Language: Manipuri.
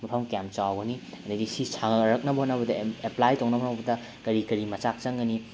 ꯃꯐꯝ ꯀꯌꯥꯝ ꯆꯥꯎꯒꯅꯤ ꯑꯗꯨꯗꯒꯤ ꯁꯤ ꯁꯥꯔꯛꯅꯕ ꯍꯣꯠꯅꯕꯗ ꯑꯦꯞꯄ꯭ꯂꯥꯏ ꯇꯧꯅꯕ ꯍꯣꯠꯅꯕꯗ ꯀꯔꯤ ꯀꯔꯤ ꯃꯆꯥꯛ ꯆꯪꯒꯅꯤ